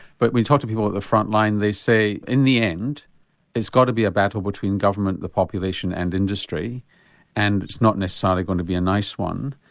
but when you talk to people at the front line they say in the end it's got to be a battle between government, the population and industry and it's not necessarily going to be a nice one.